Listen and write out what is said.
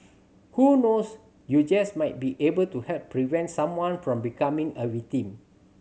who knows you just might be able to help prevent someone from becoming a victim